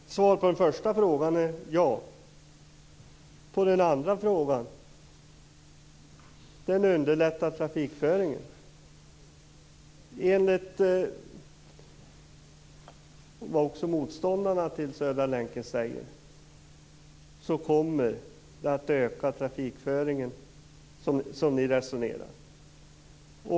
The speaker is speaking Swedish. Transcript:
Herr talman! Svaret på den första frågan är ja. Svaret på den andra frågan är att Södra länken underlättar trafikföringen. Enligt det resonemang som ni som är motståndare till Södra länken för kommer Södra länken att öka trafikföringen.